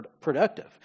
productive